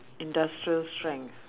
industrial strength